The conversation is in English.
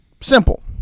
Simple